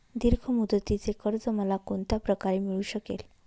दीर्घ मुदतीचे कर्ज मला कोणत्या प्रकारे मिळू शकेल?